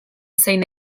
zein